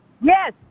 Yes